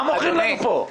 מה מוכרים לנו פה?